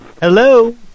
Hello